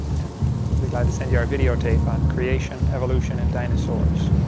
and will be glad to send yeah our video tapes on creation, evolution and dinosaurs.